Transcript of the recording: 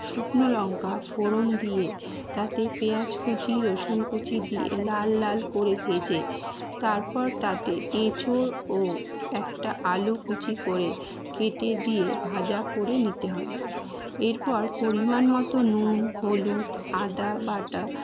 শুকনো লঙ্কা ফোঁড়ন দিয়ে তাতে পেঁয়াজ কুচি রসুন কুচি দিয়ে লাল লাল করে ভেজে তারপর তাতে এঁচোড় ও একটা আলু কুচি করে কেটে দিয়ে ভাজা করে নিতে হবে এরপর পরিমাণ মতো নুন হলুদ আদা বাটা